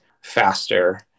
faster